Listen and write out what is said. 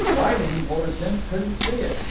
whiting, poor simp, couldn't see it.